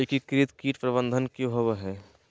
एकीकृत कीट प्रबंधन की होवय हैय?